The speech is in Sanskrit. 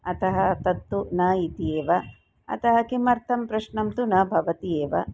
अतः तत्तु न इति एव अतः किमर्थं प्रश्नं तु न भवति एव